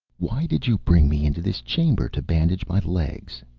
why did you bring me into this chamber to bandage my legs?